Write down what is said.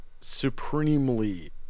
supremely